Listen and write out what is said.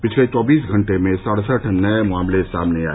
पिछले चौबीस घंटे में सड़सठ नए मामले सामने आए